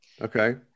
okay